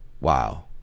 Wow